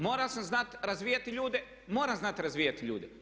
Morao sam znati razvijati ljude, moram znati razvijati ljude.